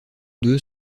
deux